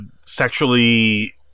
sexually